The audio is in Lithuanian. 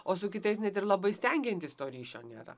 o su kitais net ir labai stengiantis to ryšio nėra